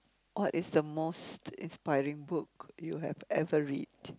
what is the most inspiring book you have ever read